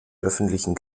öffentlichen